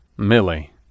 Millie